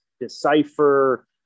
decipher